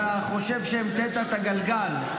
אתה חושב שהמצאת את הגלגל,